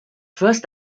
first